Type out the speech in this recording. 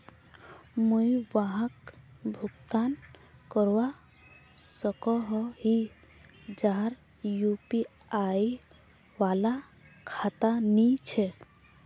मुई वहाक भुगतान करवा सकोहो ही जहार यु.पी.आई वाला खाता नी छे?